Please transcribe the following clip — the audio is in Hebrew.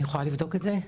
אני יכולה לבדוק את זה.